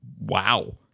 Wow